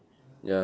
ya